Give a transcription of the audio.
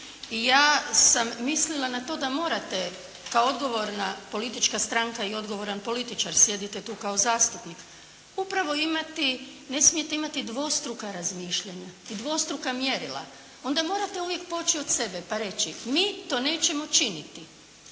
ja sam mislila da morate kao odgovorna politička stranka i odgovoran političar, sjedite tu kao zastupnik, upravo imati, ne smijete imati dvostruka razmišljanja i dvostruka mjerila. Onda morate uvijek poći od sebe pa reći mi to nećemo činiti